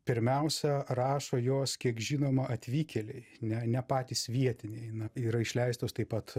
pirmiausia rašo jos kiek žinoma atvykėliai ne ne patys vietiniai eina yra išleistos taip pat